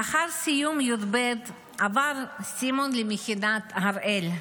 לאחר סיום י"ב עבר סימון למכינת הראל.